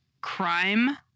crime